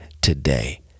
today